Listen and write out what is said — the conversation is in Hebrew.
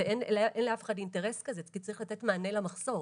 ואין לאף אחד אינטרס כזה כי צריך לתת מענה למחסור.